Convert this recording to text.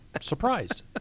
surprised